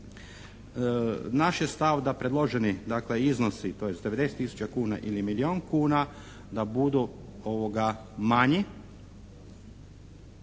Naš je stav da predloženi dakle iznosi tj. 90 tisuća kuna ili milijun kuna da budu manji